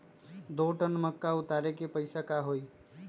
दो टन मक्का उतारे के पैसा का होई?